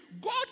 God